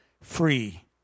free